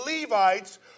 Levites